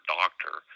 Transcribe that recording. doctor